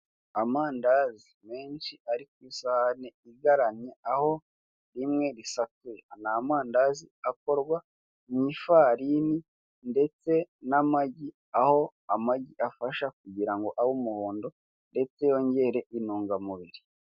Amandazi menshi ari ku isahani igaramye aho rimwe risatuye ni amandazi akorwa mu ifarini ndetse n'amagi, aho amagi afasha kugira ngo abe umuhondo ndetse yongere intungamubiri.